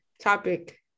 topic